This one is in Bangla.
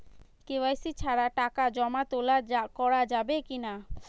কে.ওয়াই.সি ছাড়া টাকা জমা তোলা করা যাবে কি না?